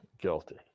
guilty